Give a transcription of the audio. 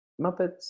Muppets